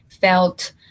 felt